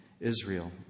Israel